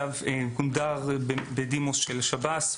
גונדר בדימוס של שב"ס,